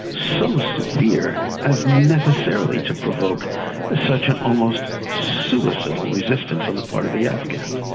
so severe as necessarily to provoke ah such an almost suicidal resistance on the part of the afghans.